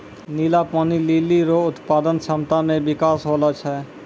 नीला पानी लीली रो उत्पादन क्षमता मे बिकास होलो छै